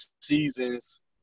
season's